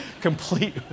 complete